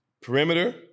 Perimeter